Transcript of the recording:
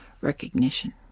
recognition